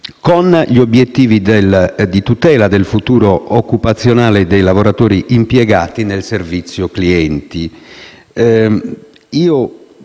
con gli obiettivi di tutela del futuro occupazionale dei lavoratori impiegati nel servizio clienti.